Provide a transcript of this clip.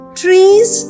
trees